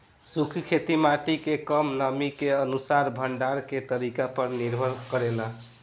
सूखी खेती माटी के कम नमी के अनुसार भंडारण के तरीका पर निर्भर करेला